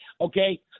Okay